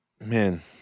man